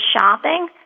shopping